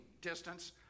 distance